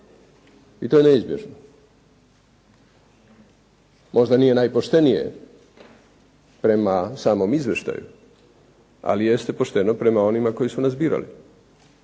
i to je neizbježno. Možda nije najpoštenije prema samom izvještaju, ali jeste pošteno prema onima koji su nas birali.